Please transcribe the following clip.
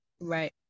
right